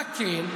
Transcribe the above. מה כן?